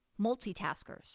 multitaskers